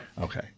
Okay